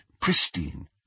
pristine